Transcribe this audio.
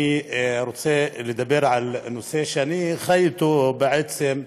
אני רוצה לדבר על נושא שאני חי אתו, בעצם.